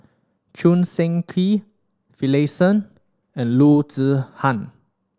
Choo Seng Quee Finlayson and Loo Zihan